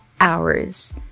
hours